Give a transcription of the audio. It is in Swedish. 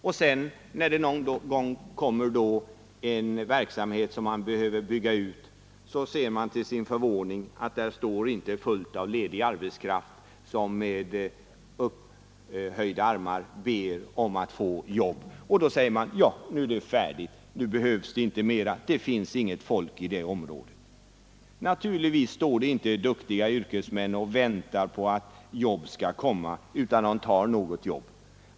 När det sedan någon gång kommer en verksamhet som man behöver bygga ut, ser man till sin förvåning att det står inte fullt av ledig arbetskraft som med utsträckta armar ber om att få jobb, och då säger man: Nu är det färdigt, nu behövs det inte mera! Det finns inget folk i det området. Naturligtvis står inte duktiga yrkesmän och väntar på att jobb skall komma, utan de tar något jobb.